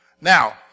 Now